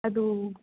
ಅದು